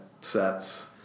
sets